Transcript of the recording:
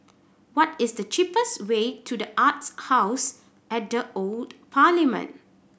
what is the cheapest way to The Arts House at the Old Parliament